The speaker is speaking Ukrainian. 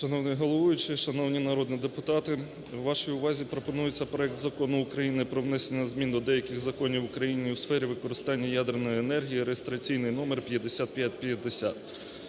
Шановний головуючий, шановні народні депутати! Ваші увазі пропонується проект Закону України про внесення змін до деяких законів України у сфері використання ядерної енергії (реєстраційний номер 5550).